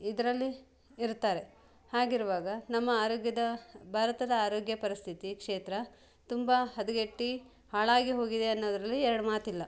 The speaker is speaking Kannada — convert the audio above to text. ಇದರಲ್ಲಿ ಇರ್ತಾರೆ ಹಾಗಿರುವಾಗ ನಮ್ಮ ಆರೋಗ್ಯದ ಭಾರತದ ಆರೋಗ್ಯ ಪರಿಸ್ಥಿತಿ ಕ್ಷೇತ್ರ ತುಂಬ ಹದಗೆಟ್ಟೀ ಹಾಳಾಗಿ ಹೋಗಿದೆ ಅನ್ನೋದರಲ್ಲಿ ಎರಡು ಮಾತಿಲ್ಲ